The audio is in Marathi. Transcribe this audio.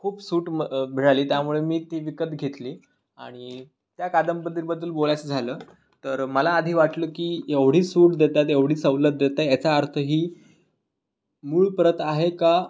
खूप सूट म मिळाली त्यामुळे मी ती विकत घेतली आणि त्या कादंबरीबद्दल बोलायचं झालं तर मला आधी वाटलं की एवढी सूट देतात एवढी सवलत देत आहे याचा अर्थ ही मूळ प्रत आहे का